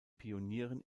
pionieren